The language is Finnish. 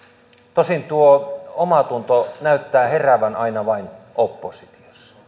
tosin tuo omatunto näyttää heräävän aina vain oppositiossa